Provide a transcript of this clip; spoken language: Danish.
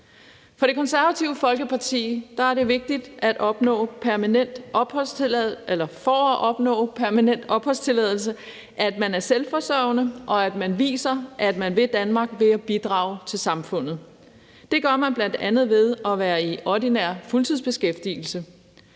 For Det Konservative Folkeparti er det vigtigt, at man for at opnå permanent opholdstilladelseer selvforsørgende, og at man viser, at man vil Danmark, ved at bidrage til samfundet. Det gør man bl.a. ved at være i ordinær fuldtidsbeskæftigelse.